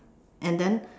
and then